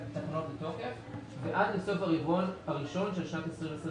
התקנות לתוקף ועד לסוף הרבעון הראשון של שנת 2021,